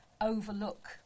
overlook